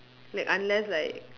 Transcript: like unless like